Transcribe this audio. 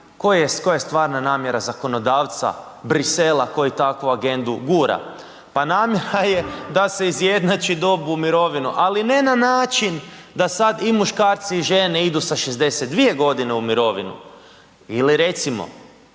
koja je stvarna namjera zakonodavca Bruxellesa koji takvu agendu gura. Pa nama je da se izjednači dob u mirovinu, ali ne na način da sad i muškarci i žene idu sa 62 godine u mirovinu. Ili recimo